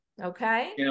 okay